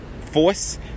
force